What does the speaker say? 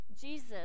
Jesus